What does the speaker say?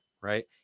right